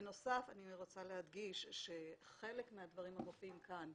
בנוסף אני רוצה להדגיש שחלק מהדברים שמופיעים כאן,